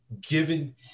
given